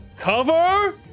Cover